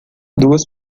duas